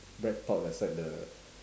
breadtalk that side the